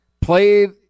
Played